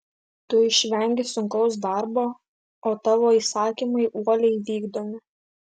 tu išvengi sunkaus darbo o tavo įsakymai uoliai vykdomi